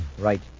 Right